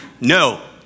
No